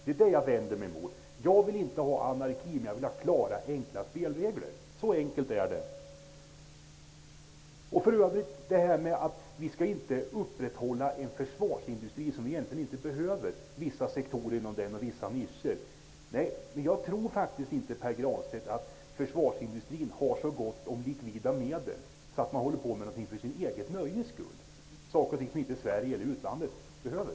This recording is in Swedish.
Det är detta jag vänder mig mot. Jag vill inte ha anarki, men jag vill ha klara enkla spelregler. Så enkelt är det. Vi skall inte upprätthålla vissa sektorer och nischer inom försvarsindustrin som vi egentligen inte behöver, säger Pär Granstedt. Nej, men jag tror faktiskt inte att försvarsindustrin har så gott om likvida medel att man håller på med någonting för sitt eget nöjes skull, saker och ting som inte Sverige eller utlandet behöver.